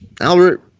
Albert